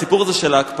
הסיפור של ההקפאה,